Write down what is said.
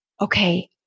okay